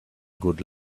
good